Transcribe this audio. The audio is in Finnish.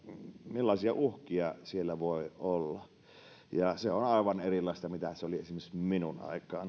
millaisia uhkia siellä voi olla se on aivan erilaista kuin mitä se oli esimerkiksi minun aikanani kun